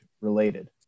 related